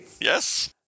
Yes